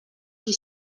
qui